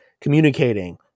communicating